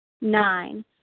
Nine